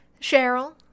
cheryl